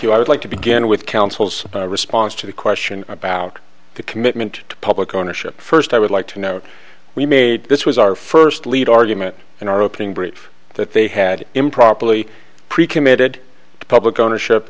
you i would like to begin with counsel's response to the question about the commitment to public ownership first i would like to note we made this was our first legal argument in our opening brief that they had improperly pre committed public ownership